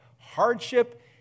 hardship